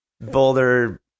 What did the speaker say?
boulder